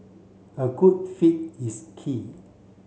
a good fit is key